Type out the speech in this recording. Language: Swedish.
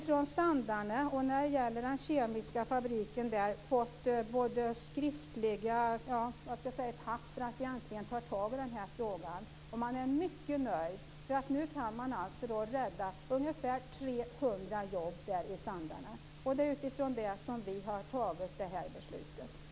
Från den kemiska fabriken i Sandarne har jag fått ett skriftligt tack för att vi äntligen tar tag i denna fråga. Man är mycket nöjd. Nu kan ca 300 jobb räddas i Sandarne. Och det är utifrån detta som vi har fattat det här beslutet.